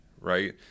right